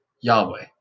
Yahweh